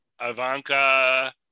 Ivanka